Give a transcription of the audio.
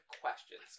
questions